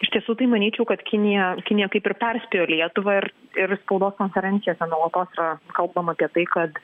iš tiesų tai manyčiau kad kinija kinija kaip ir perspėjo lietuvą ir ir spaudos konferencijose nuolatos yra kalbama apie tai kad